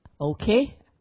Okay